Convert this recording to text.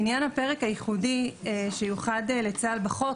לעניין הפרק הייחודי שיוחד לצה"ל בחוק,